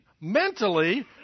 mentally